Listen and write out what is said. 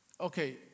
Okay